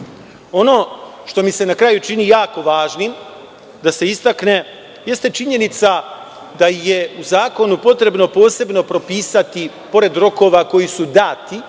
što mi se na kraju čini jako važnim da se istakne jeste činjenica da je u zakonu potrebno posebno propisati, pored rokova koji su dati